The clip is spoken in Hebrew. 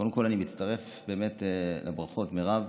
קודם כול אני מצטרף לברכות, מירב.